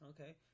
Okay